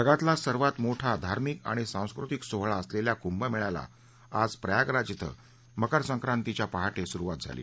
जगातला सर्वात मोठा धार्मिक आणि सांस्कृतिक सोहळा असलेल्या कुंभमेळ्याला आज प्रयागराज श्वे मकरसंक्रांतीच्या पहाटे सुरुवात झाली